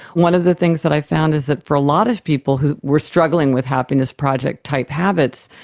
one of the things that i found is that for a lot of people who were struggling with happiness project type habits,